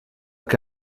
què